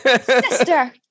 Sister